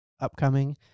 upcoming